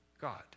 God